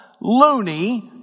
loony